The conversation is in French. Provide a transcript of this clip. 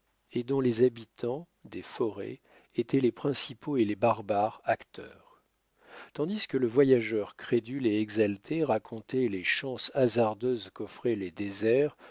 et dont les habitants des forêts étaient les principaux et les barbares acteurs tandis que le voyageur crédule et exalté racontait les chances hasardeuses qu'offraient les déserts